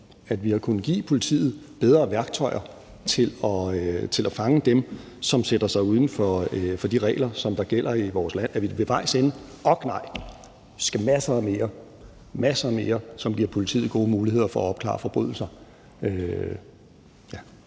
og vi har kunnet give politiet bedre værktøjer til at fange dem, som sætter sig uden for de regler, der gælder i vores land. Er vi ved vejs ende? Ork nej! Vi skal have meget mere – meget mere – som giver politiet gode muligheder for at opklare forbrydelser.